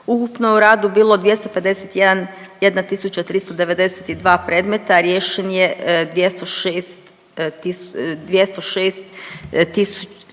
Ukupno u radu bilo 251 392 predmeta, a riješen je 206